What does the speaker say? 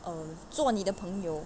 um 做你的朋友